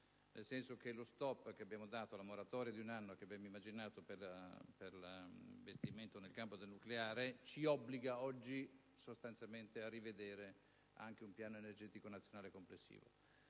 nel senso che la moratoria di un anno che abbiamo immaginato per l'investimento nel campo del nucleare ci obbliga oggi, sostanzialmente, a rivedere anche il Piano energetico nazionale complessivo.